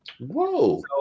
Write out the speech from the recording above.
Whoa